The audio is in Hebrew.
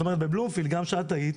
בבלומפילד גם כשאת היית,